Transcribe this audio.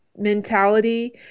mentality